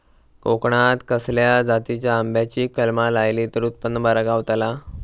कोकणात खसल्या जातीच्या आंब्याची कलमा लायली तर उत्पन बरा गावताला?